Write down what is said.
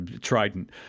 Trident